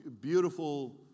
beautiful